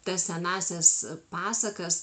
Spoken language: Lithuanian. tas senąsias pasakas